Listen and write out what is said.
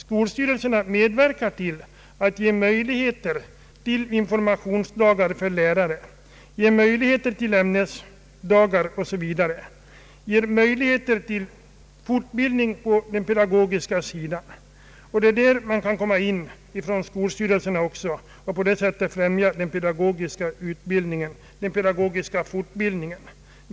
Skolstyrelserna medverkar till att skapa möjligheter till informationsdagar för lärare, till ämnesdagar och till fortbildning på den pedagogiska sidan, På det sättet kan skolstyrelserna främja den pedagogiska verksamheten.